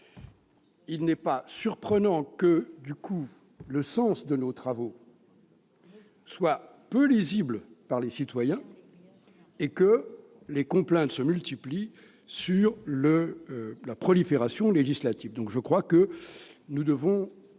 Il n'est donc pas surprenant que le sens de nos travaux soit peu lisible pour les citoyens et que les complaintes se multiplient sur la prolifération législative. Nous devrons,